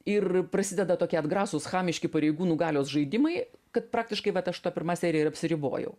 ir prasideda tokie atgrasūs chamiški pareigūnų galios žaidimai kad praktiškai vat aš ta pirma serija ir apsiribojau